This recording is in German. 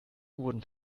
wurden